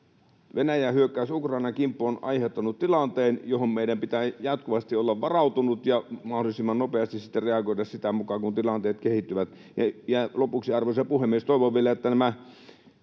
Venäjän hyökkäys Ukrainan kimppuun on aiheuttanut tilanteen, johon meidän pitää jatkuvasti olla varautunut ja mahdollisimman nopeasti sitten reagoida sitä mukaa kun tilanteet kehittyvät. Ja lopuksi, arvoisa puhemies, toivon vielä, että nämä